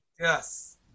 Yes